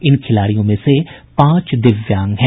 इन खिलाड़ियों में से पांच दिव्यांग हैं